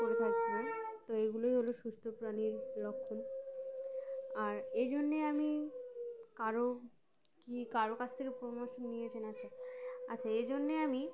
করে থাকবে তো এইগুলোই হলো সুস্থ প্রাণীর লক্ষণ আর এ জন্যে আমি কারো কী কারো কাছ থেকে পরামর্শ নিয়েছেন আচ্ছা আচ্ছা এই জন্যে আমি